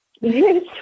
Yes